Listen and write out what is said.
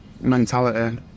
mentality